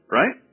right